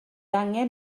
angen